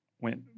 went